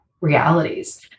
realities